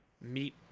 meet